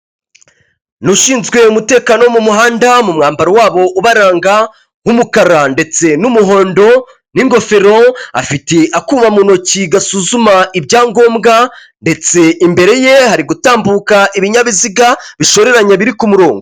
Ni ushinzwe umutekano wo mu muhanda mu mwambaro wabo ubaranga w'umukara ndetse n'umuhondo n'ingofero, afite akuma mu ntoki gasuzuma ibyangombwa ndetse imbere ye hari gutambuka ibinyabiziga bishoreranye biri ku murongo.